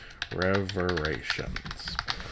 Reverations